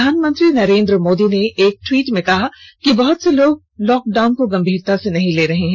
प्रधानमंत्री नरेंद्र मोदी ने एक ट्वीट में कहा कि बहुत से लोग लॉकडाउन को गंभीरता से नहीं ले रहे हैं